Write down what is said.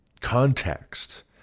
context